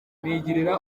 nigirira